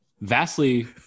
vastly